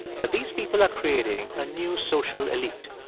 that these people are creating a new social elite?